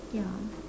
ya